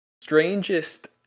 strangest